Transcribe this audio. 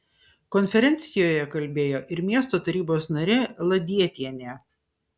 konferencijoje kalbėjo ir miesto tarybos narė ladietienė